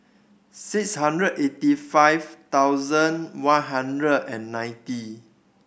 six hundred eighty five thousand one hundred and ninety